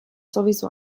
sowieso